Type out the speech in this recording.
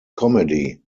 comedy